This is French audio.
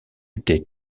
étaient